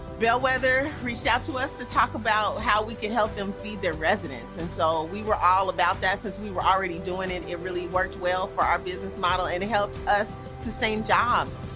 bellwether reached out to us to talk about how we could help them feed their residents and so we were all about that since we were already doing it. it really worked well for our business model and it helped us sustain jobs.